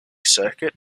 circuit